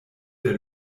der